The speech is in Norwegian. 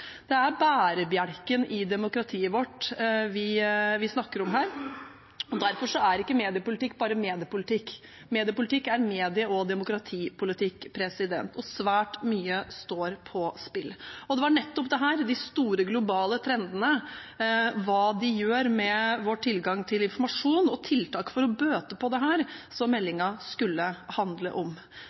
Det er bærebjelken i demokratiet vårt vi snakker om her. Derfor er ikke mediepolitikk bare mediepolitikk. Mediepolitikk er medie- og demokratipolitikk, og svært mye står på spill. Det var nettopp dette, de store globale trendene, hva de gjør med vår tilgang til informasjon, og tiltak for å bøte på dette, som meldingen skulle handle om.